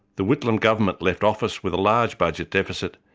the whitlam government left office with a large budget deficit,